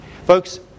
Folks